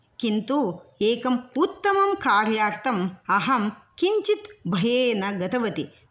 किन्तु एकम् उत्तमं कार्यार्थम् अहं किञ्चित् बहिः न गतवती